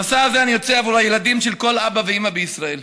למסע הזה אני יוצא עבור הילדים של כל אבא ואימא בישראל.